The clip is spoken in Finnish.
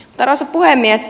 arvoisa puhemies